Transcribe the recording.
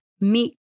meet